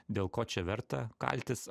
dėl ko čia verta kaltis